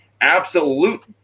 absolute